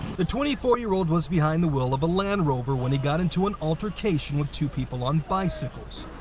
the twenty four year old was behind the wheel of a land rover when he got into an altercation with two people on bicycles.